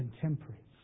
contemporaries